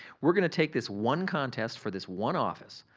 we're gonna take this one contest for this one office,